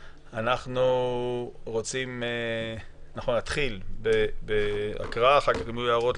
אנחנו נתחיל בהקראה ואחר כך נשמע הערות.